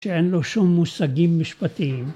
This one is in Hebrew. שאין לו שום מושגים משפטיים